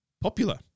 Popular